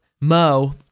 Mo